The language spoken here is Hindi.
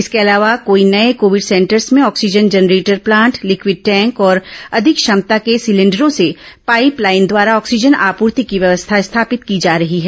इसके अलावा कई नये कोविड सेंटर्स में oxygen generator plant liquid tank और अधिक क्षमता के सिलेंडरो से पाइप लाइन द्वारा ऑक्सीजन आपूर्ति की व्यवस्था स्थापित की जा रही है